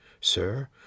Sir